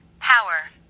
Power